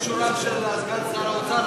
בכישוריו של סגן שר האוצר,